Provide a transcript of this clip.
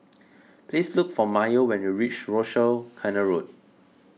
please look for Mayo when you reach Rochor Canal Road